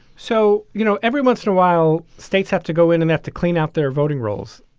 so, you know, every once in a while, states have to go in and have to clean out their voting rolls.